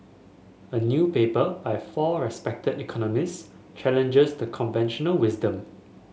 a new paper by four respected economist challenges the conventional wisdom